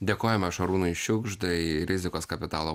dėkojame šarūnui šiugždai rizikos kapitalo